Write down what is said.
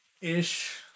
Ish